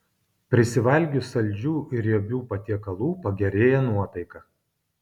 prisivalgius saldžių ir riebių patiekalų pagerėja nuotaika